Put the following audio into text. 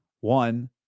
One